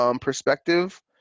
perspective